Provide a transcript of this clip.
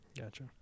Gotcha